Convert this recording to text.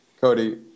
Cody